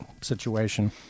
situation